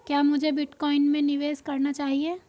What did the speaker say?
क्या मुझे बिटकॉइन में निवेश करना चाहिए?